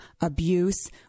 abuse